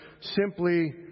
simply